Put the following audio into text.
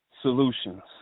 Solutions